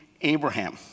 Abraham